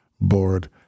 board